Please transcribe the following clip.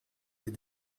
les